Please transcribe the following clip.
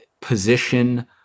position